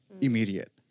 immediate